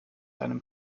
einem